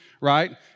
right